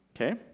okay